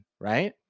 right